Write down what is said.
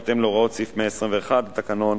בהתאם להוראות סעיף 121 לתקנון,